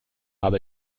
habe